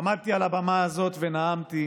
עמדתי על הבמה הזאת ונאמתי,